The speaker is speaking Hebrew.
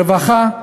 ברווחה,